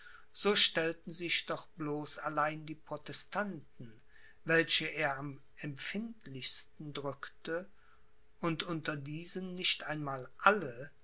so stellten sich doch bloß allein die protestanten welche er am empfindlichsten drückte und unter diesen nicht einmal alle